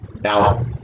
Now